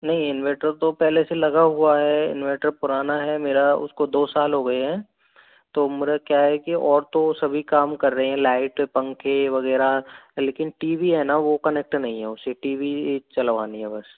नहीं इनवेर्टर तो पहले से लगा हुआ है इनवेर्टर पुराना है मेरा उसको दो साल हो गए हैं तो मेरा क्या है कि और तो सभी काम कर रहे हैं लाइट पंखे वगैरा लेकिन टी वी है ना वो कनेक्ट नहीं है उससे टी वी चलवानी है बस